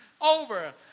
over